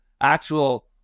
actual